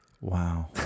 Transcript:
Wow